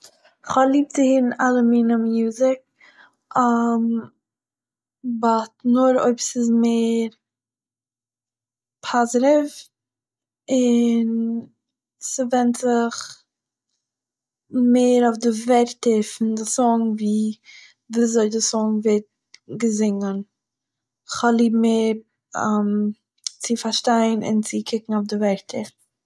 כ'האב ליב צו הערן אלע מינים מיוזיק, באט, נאר אויב ס'איז מער פאזיטיוו און ס'ווענדט זיך מער אויף די ווערטער פון די סונג ווי, וויאזוי די סונג ווערט געזונגען, כ'האב ליב מער צו פארשטיין און צו קוקן אויף די ווערטער